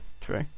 true